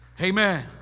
Amen